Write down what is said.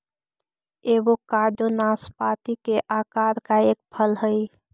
avocado नाशपाती के आकार का एक फल हई